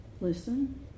listen